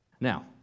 Now